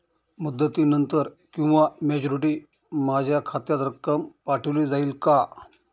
मुदतीनंतर किंवा मॅच्युरिटी माझ्या खात्यात रक्कम पाठवली जाईल का?